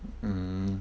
mm